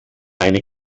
eine